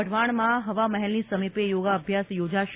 વઢવાણમાં હવામહેલની સમીપે યોગાત્યાસ યોજાશે